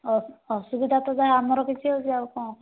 ଅସୁବିଧା ତ ଯାହା ଆମର ହେଉଛି ଆଉ କଣ କଣ